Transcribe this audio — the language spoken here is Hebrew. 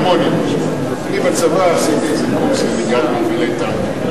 כמוני למשל: אני בצבא עשיתי איזה קורס לנהיגת מובילי טנקים,